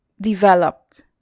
developed